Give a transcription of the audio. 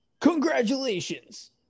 Congratulations